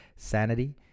sanity